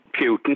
Putin